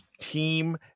team